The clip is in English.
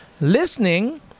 Listening